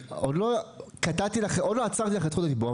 עוד לא עצרתי לך את זכות הדיבור,